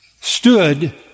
stood